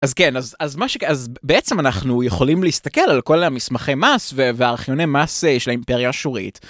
אז כן, אז מה ש.. אז בעצם אנחנו יכולים להסתכל על כל המסמכי מס והארכיוני מס של האימפריה האשורית...